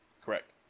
Correct